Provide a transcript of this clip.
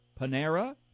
Panera